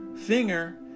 finger